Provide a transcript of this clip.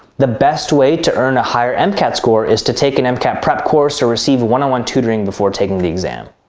the best way to earn a higher and mcat score is to take an mcat prep course or receive one-on-one tutoring before taking the exam.